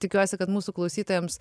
tikiuosi kad mūsų klausytojams